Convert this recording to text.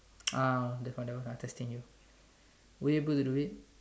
ah that one that one I testing you were you able to do it